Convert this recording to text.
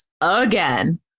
again